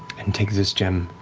and take this gem,